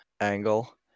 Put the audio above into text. angle